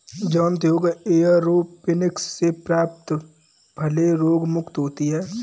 जानते हो एयरोपोनिक्स से प्राप्त फलें रोगमुक्त होती हैं